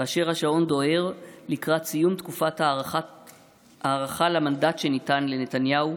כאשר השעון דוהר לקראת סיום תקופת ההארכה למנדט שניתן לנתניהו,